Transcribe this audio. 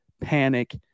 panic